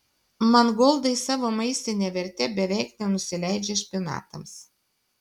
mangoldai savo maistine verte beveik nenusileidžia špinatams